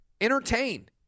Entertain